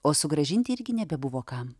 o sugrąžinti irgi nebebuvo kam